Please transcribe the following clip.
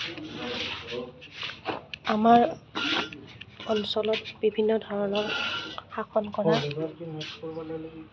আমাৰ অঞ্চলত বিভিন্ন ধৰণৰ শাসন কৰা